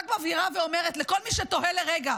רק מבהירה ואומרת לכל מי שתוהה לרגע,